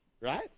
right